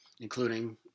including